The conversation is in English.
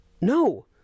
No